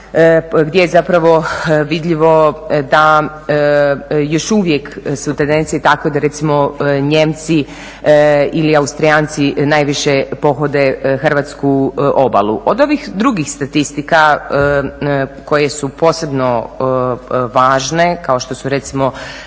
gdje je zapravo vidljivo da još uvijek su tendencije takve da recimo Nijemci ili Austrijanci najviše pohode hrvatsku obalu. Od ovih drugih statistika koje su posebno važne, kao što su recimo